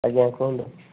ଆଜ୍ଞା କୁହନ୍ତୁ